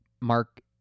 Mark